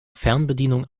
fernbedienung